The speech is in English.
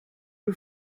you